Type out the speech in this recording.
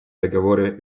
договоры